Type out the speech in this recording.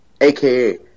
aka